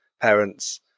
parents